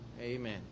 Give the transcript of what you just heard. Amen